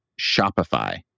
Shopify